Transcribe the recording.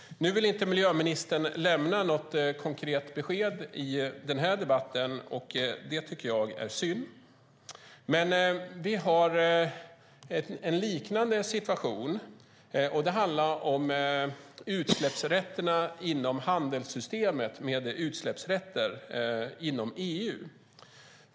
Nu vill miljöministern inte lämna något konkret besked i denna debatt, vilket jag tycker är synd. Men vi har en liknande situation, och det handlar om utsläppsrätterna inom handelssystemet och utsläppsrätterna inom EU.